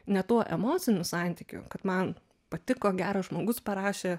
ne tuo emociniu santykiu kad man patiko geras žmogus parašė